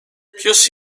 ποιος